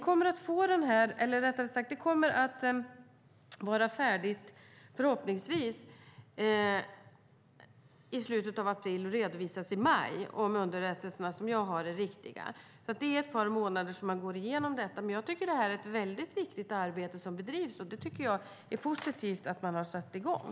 Arbetet kommer förhoppningsvis att vara klart i slutet av april och redovisas i maj om underrättelserna som jag har är riktiga. Det tar alltså ett par månader att gå igenom detta, men jag tycker att det är ett väldigt viktigt arbete som bedrivs och att det är positivt att man har satt i gång.